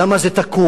למה זה תקוע,